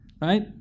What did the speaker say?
Right